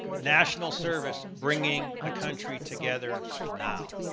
national service bringing the country together now.